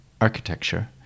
architecture